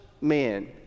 men